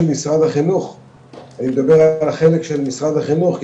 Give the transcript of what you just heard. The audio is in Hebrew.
משרד החינוך אני מדבר על החלק של משרד החינוך,